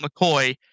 McCoy